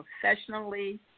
professionally